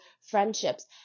friendships